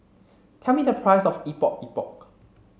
tell me the price of Epok Epok